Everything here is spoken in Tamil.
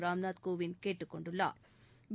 ராம்நாத் கோவிந்த் கேட்டுக்கொண்டுள்ளாா்